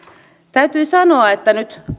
täytyy sanoa että nyt